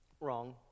Wrong